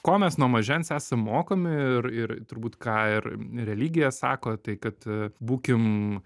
ko mes nuo mažens esam mokomi ir ir turbūt ką ir religija sako tai kad būkim